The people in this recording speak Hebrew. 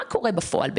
מה קורה בפועל?